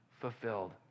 fulfilled